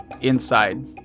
inside